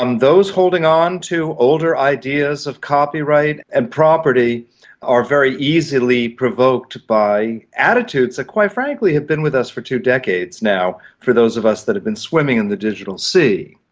um those holding on to older ideas of copyright and property are very easily provoked by attitudes that quite frankly have been with us for two decades now, for those of us that have been swimming in the digital sea.